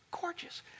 gorgeous